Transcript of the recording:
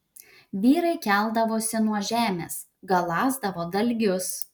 vyrai keldavosi nuo žemės galąsdavo dalgius